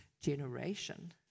generation